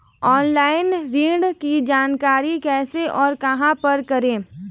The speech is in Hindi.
ऑनलाइन ऋण की जानकारी कैसे और कहां पर करें?